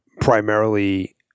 primarily